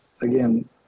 again